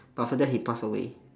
but after that he pass away